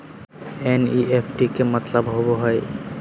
NEFT के का मतलव होव हई?